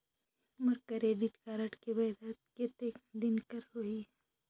मोर credit card के वैधता कतेक दिन कर होही?